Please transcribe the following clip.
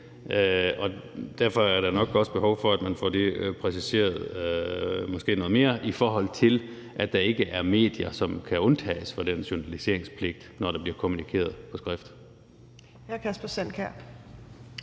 Derfor er der nok også behov for, at man måske får det præciseret noget mere, i forhold til at der ikke er medier, som kan undtages fra den journaliseringspligt, når der bliver kommunikeret på skrift.